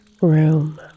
room